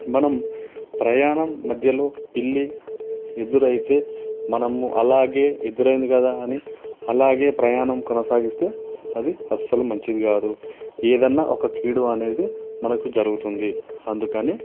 మనం ప్రయాణం మధ్యలో పిల్లి ఎదురైతే మనం అలాగే ఎదురైంది కదా అని అలాగే ప్రయాణం కొనసాగిస్తే అది అస్సలు మంచిది కాదు ఏదన్నా ఒక కీడు అనేది మనకు జరుగుతుంది అందుకని